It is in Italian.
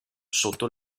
sotto